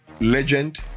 legend